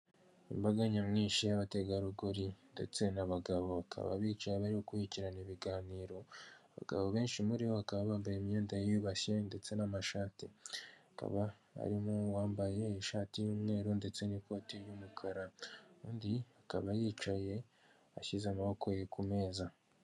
Imbaga nyamwinshi y'abategarugori ndetse n'abagabo, bakaba bicaye bari gukurikirana ibiganiro. Abagabo benshi muri bo bakaba bambaye imyenda yiyubashye ndetse n'amashati, hakaba harimo uwambaye ishati y'umweru ndetse n'ikoti ry'umukara, undi akaba yicaye ashyize amaboko ye ku meza.